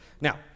Now